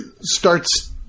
starts